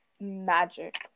magic